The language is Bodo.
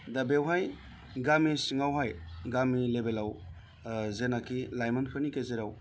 दा बेवहाय गामि सिङावहाय गामि लेबेलाव जेनाखि लाइमोनफोरनि गेजेराव